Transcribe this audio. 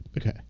okay